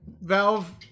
Valve